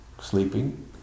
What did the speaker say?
sleeping